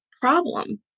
problem